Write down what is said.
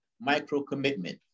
micro-commitment